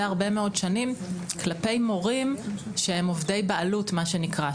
הרבה מאוד שנים כלפי מורים שהם "עובדי בעלות" מה שנקרא,